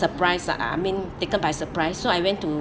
taken surprise I I mean taken by surprise so I went to